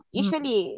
usually